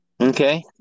Okay